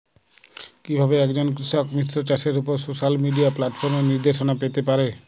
কিভাবে একজন কৃষক মিশ্র চাষের উপর সোশ্যাল মিডিয়া প্ল্যাটফর্মে নির্দেশনা পেতে পারে?